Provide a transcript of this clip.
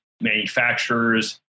manufacturers